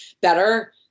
better